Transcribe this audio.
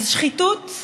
אז שחיתות,